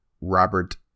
Robert